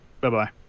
Bye-bye